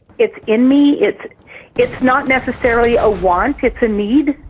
it's in me. it's it's not necessarily a want, it's a need.